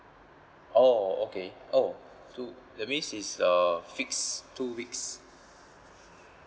oh okay oh two that means is uh fix two weeks